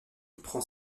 prend